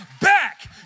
back